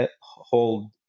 hold